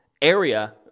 area